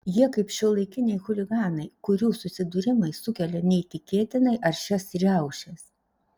jie kaip šiuolaikiniai chuliganai kurių susidūrimai sukelia neįtikėtinai aršias riaušes